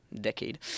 decade